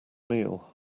meal